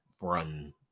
run